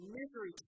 misery